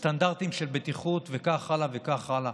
עם סטנדרטים של בטיחות, וכך הלאה וכך הלאה.